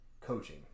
coaching